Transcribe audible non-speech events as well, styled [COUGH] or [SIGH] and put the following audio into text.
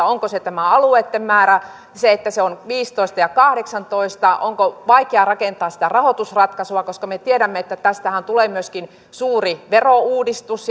[UNINTELLIGIBLE] onko se tämä alueitten määrä se että se on viisitoista ja kahdeksantoista onko vaikea rakentaa sitä rahoitusratkaisua koska me tiedämme että tästähän tulee myöskin suuri verouudistus [UNINTELLIGIBLE]